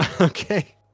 Okay